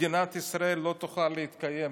מדינת ישראל לא תוכל להתקיים.